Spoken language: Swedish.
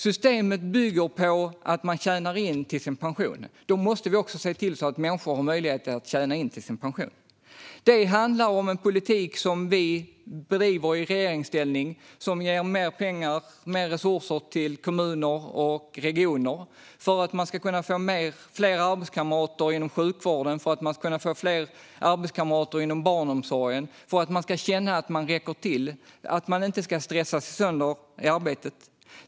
Systemet bygger på att man tjänar in pengar till sin pension. Då måste vi också se till att människor har möjlighet att just tjäna in pengar till sin pension. Det handlar om en politik som vi bedriver i regeringsställning som ger mer pengar och mer resurser till kommuner och regioner för att man ska kunna få fler arbetskamrater inom sjukvården och barnomsorgen och känna att man räcker till och inte stressas sönder i arbetet.